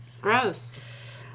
Gross